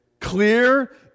Clear